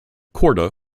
korda